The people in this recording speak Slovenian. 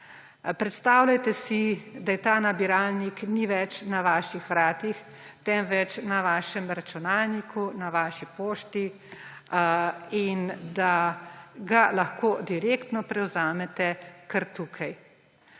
Predstavljajte si, da ta nabiralnik ni več na vaših vratih, temveč na vašem računalniku, na vaši pošti in da ga lahko direktno prevzamete kar tukaj.